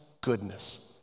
goodness